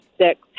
six